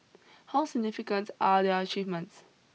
how significant are their achievements